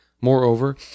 Moreover